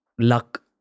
luck